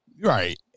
Right